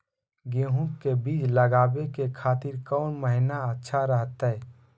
गेहूं के बीज लगावे के खातिर कौन महीना अच्छा रहतय?